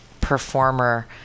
performer